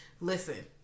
listen